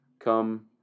come